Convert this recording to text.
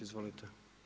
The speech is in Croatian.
Izvolite.